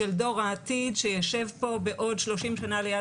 של דור העתיד שיישב פה בעוד 30 שנה ליד